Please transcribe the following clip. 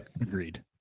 agreed